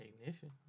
Ignition